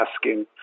asking